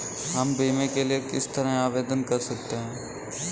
हम बीमे के लिए किस तरह आवेदन कर सकते हैं?